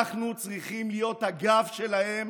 אנחנו צריכים להיות הגב שלכם